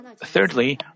thirdly